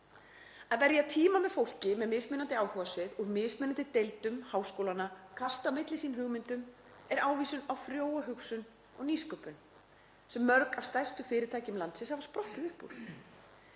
Að verja tíma með fólki með mismunandi áhugasvið, úr mismunandi deildum háskólanna og kasta á milli sín hugmyndum er ávísun á frjóa hugsun og nýsköpun — sem mörg af stærstu fyrirtækjum landsins hafa sprottið upp úr.